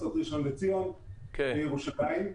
מצות ראשון-לציון וירושלים.